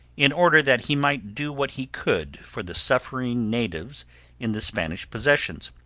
in order that he might do what he could for the suffering natives in the spanish possessions.